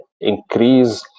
increase